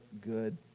good